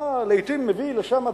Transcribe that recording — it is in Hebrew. אתה לעתים מביא לשם אדם,